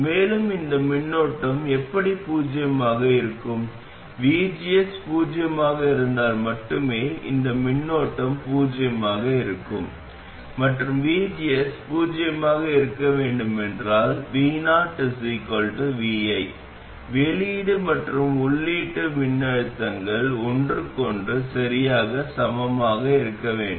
மேலும் இந்த மின்னோட்டம் எப்படி பூஜ்ஜியமாக இருக்கும் vgs பூஜ்ஜியமாக இருந்தால் மட்டுமே இந்த மின்னோட்டம் பூஜ்ஜியமாக இருக்கும் மற்றும் vgs பூஜ்ஜியமாக இருக்க வேண்டும் என்றால் vo vi வெளியீடு மற்றும் உள்ளீட்டு மின்னழுத்தங்கள் ஒன்றுக்கொன்று சரியாக சமமாக இருக்க வேண்டும்